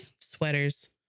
Sweaters